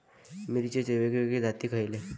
मिरचीचे वेगवेगळे जाती खयले?